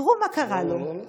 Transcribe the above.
תראו מה קרה לו.